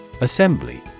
Assembly